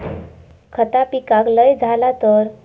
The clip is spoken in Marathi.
खता पिकाक लय झाला तर?